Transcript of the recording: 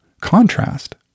contrast